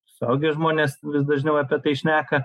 suaugę žmonės vis dažniau apie tai šneka